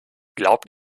glaubt